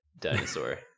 dinosaur